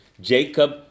Jacob